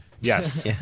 Yes